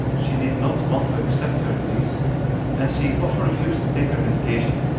she did not want to accept her disease and she often refused to take her medication.